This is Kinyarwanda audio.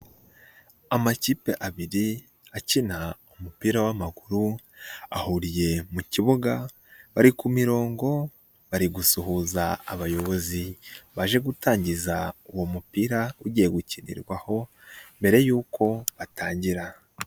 Amakipe abiri, akina ku mupira w'amaguru, ahuriye mu kibuga, bari ku mirongo, bari gusuhuza abayobozi baje gutangiza uwo mupira, ugiye gukinirwaho, mbere y'uko batangira.